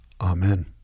Amen